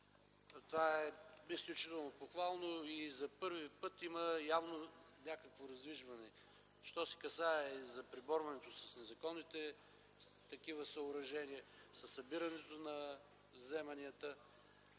Това е изключително похвално и за първи път явно има някакво раздвижване – що се касае и за преборването с незаконните такива съоръжения, за събирането на вземанията,